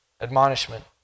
admonishment